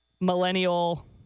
millennial